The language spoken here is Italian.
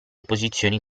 posizioni